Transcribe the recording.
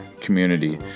community